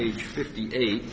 page fifty eight